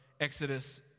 Exodus